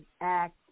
act